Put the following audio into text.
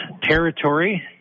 territory